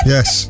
Yes